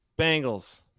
Bengals